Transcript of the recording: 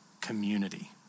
community